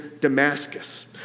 Damascus